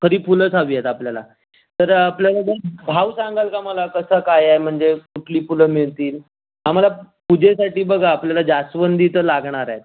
खरी फुलंच हवी आहेत आपल्याला तर आपला जरा भाव सांगाल का मला कसं काय आहे म्हणजे कुठली फुलं मिळतील आम्हाला पूजेसाठी बघा आपल्याला जास्वंदी तर लागणार आहे